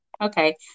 Okay